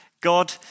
God